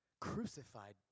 crucified